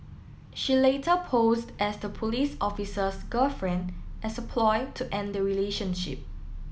she later posed as the police officer's girlfriend as a ploy to end the relationship